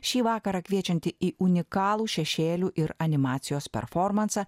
šį vakarą kviečianti į unikalų šešėlių ir animacijos performansą